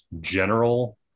general